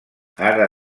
ara